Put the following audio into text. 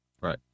Right